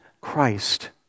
Christ